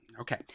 Okay